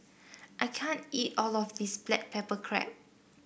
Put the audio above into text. I can't eat all of this Black Pepper Crab